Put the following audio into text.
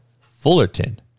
Fullerton